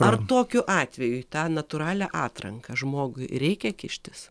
ar tokiu atveju į tą natūralią atranką žmogui reikia kištis